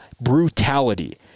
brutality